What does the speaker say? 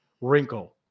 wrinkle